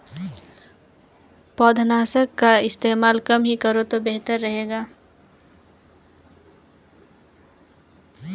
पौधनाशक का इस्तेमाल कम ही करो तो बेहतर रहेगा